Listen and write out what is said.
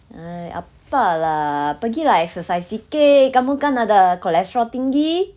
!hais! apa lah pergi lah exercise sikit kamu kan ada cholesterol tinggi